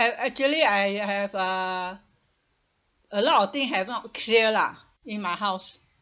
I actually I have uh a lot of thing have not clear lah in my house